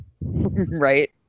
Right